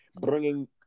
bringing